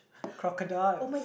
crocodile